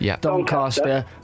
Doncaster